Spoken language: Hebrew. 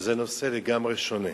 שזה נושא לגמרי שונה.